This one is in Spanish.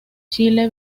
chile